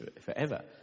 forever